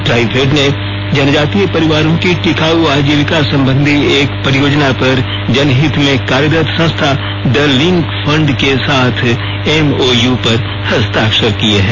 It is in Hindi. ट्राइफेड ने जनजातीय परिवारों की टिकाऊ आजीविका संबंधी एक परियोजना पर जनहित में कार्यरत संस्था द लिंक फंड के साथ एमओयू पर हस्ताक्षर किए हैं